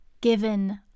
given